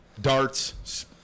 darts